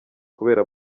kubera